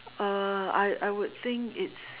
uh I I would think it's